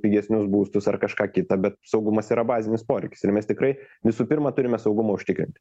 pigesnius būstus ar kažką kitą bet saugumas yra bazinis poreikis ir mes tikrai visų pirma turime saugumą užtikrinti